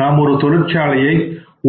நாம் ஒரு தொழிற்சாலையை